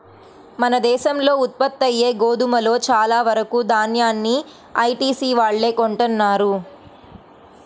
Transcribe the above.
మన దేశంలో ఉత్పత్తయ్యే గోధుమలో చాలా వరకు దాన్యాన్ని ఐటీసీ వాళ్ళే కొంటన్నారు